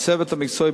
הצוות המקצועי,